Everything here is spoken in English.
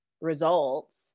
results